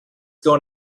going